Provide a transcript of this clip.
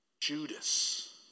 Judas